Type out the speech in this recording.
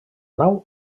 nau